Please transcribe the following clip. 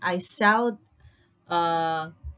I sell uh